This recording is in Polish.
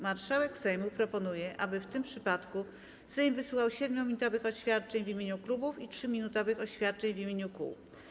Marszałek Sejmu proponuje, aby w tym przypadku Sejm wysłuchał 7-minutowych oświadczeń w imieniu klubów i 3-minutowych oświadczeń w imieniu kół.